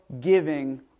giving